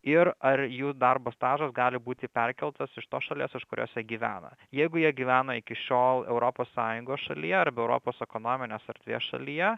ir ar jų darbo stažas gali būti perkeltas iš tos šalies iš kurios jie gyvena jeigu jie gyvena iki šiol europos sąjungos šalyje arba europos ekonominės erdvės šalyje